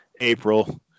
April